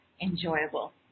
enjoyable